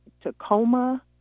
Tacoma